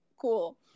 cool